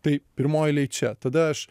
tai pirmoj eilėj čia tada aš